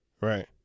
Right